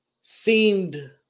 seemed